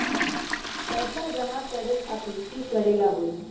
पैसा जमा करे खातीर की करेला होई?